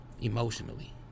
Emotionally